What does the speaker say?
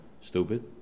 stupid